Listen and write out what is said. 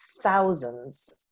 thousands